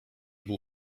był